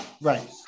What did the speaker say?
Right